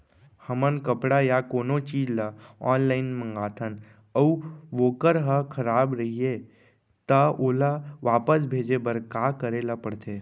हमन कपड़ा या कोनो चीज ल ऑनलाइन मँगाथन अऊ वोकर ह खराब रहिये ता ओला वापस भेजे बर का करे ल पढ़थे?